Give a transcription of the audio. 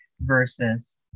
versus